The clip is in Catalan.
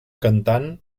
cantant